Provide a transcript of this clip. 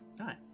Hi